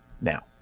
now